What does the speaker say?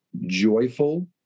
joyful